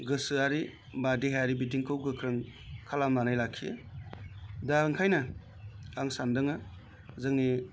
गोसोयारि बा देहायारि बिथिंखौ गोख्रों खालामनानै लाखियो दा ओंखायनो आं सानदोङो जोंनि